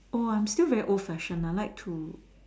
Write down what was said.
oh I'm still very old fashioned I like to